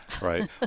right